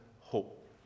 hope